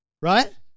right